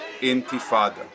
Intifada